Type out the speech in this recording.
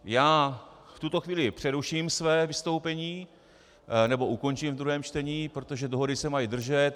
Já v tuto chvíli přeruším své vystoupení, nebo ukončím v druhém čtení, protože dohody se mají držet.